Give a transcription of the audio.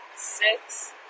Six